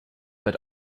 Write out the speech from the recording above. but